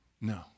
No